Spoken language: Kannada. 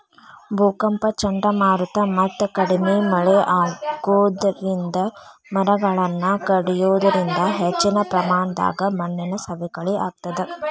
ಭೂಕಂಪ ಚಂಡಮಾರುತ ಮತ್ತ ಕಡಿಮಿ ಮಳೆ ಆಗೋದರಿಂದ ಮರಗಳನ್ನ ಕಡಿಯೋದರಿಂದ ಹೆಚ್ಚಿನ ಪ್ರಮಾಣದಾಗ ಮಣ್ಣಿನ ಸವಕಳಿ ಆಗ್ತದ